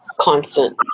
constant